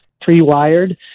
pre-wired